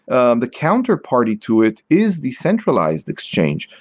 and the counter party to it is the centralized exchange,